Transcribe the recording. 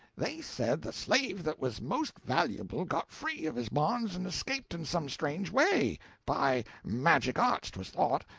they said the slave that was most valuable got free of his bonds and escaped in some strange way by magic arts twas thought,